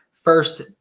first